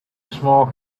small